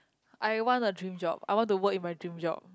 I want a dream job I want to work in my dream job